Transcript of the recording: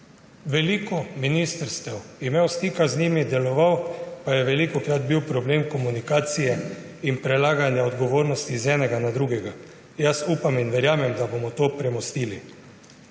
veliko ministrstvi, z njimi deloval pa je bil velikokrat problem komunikacije in prelaganja odgovornosti z enega na drugega. Upam in verjamem, da bomo to premostili.